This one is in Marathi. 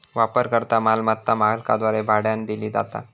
वापरकर्ता मालमत्ता मालकाद्वारे भाड्यानं दिली जाता